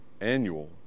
annual